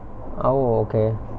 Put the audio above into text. oh okay